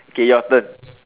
okay your turn